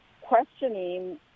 questioning